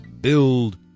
Build